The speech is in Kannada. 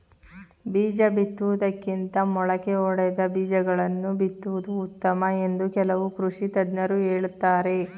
ಬೀಜ ಬಿತ್ತುವುದಕ್ಕಿಂತ ಮೊಳಕೆ ಒಡೆದ ಬೀಜಗಳನ್ನು ಬಿತ್ತುವುದು ಉತ್ತಮ ಎಂದು ಕೆಲವು ಕೃಷಿ ತಜ್ಞರು ಹೇಳುತ್ತಾರೆ